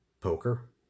Poker